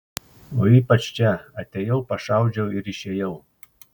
o ypač čia atėjau pašaudžiau ir išėjau